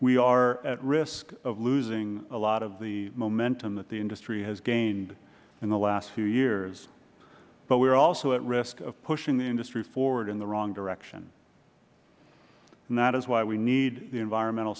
we are at risk of losing a lot of the momentum that the industry has gained in the last few years but we are also at risk of pushing the industry forward in the wrong direction and that is why we need the environmental